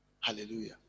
Hallelujah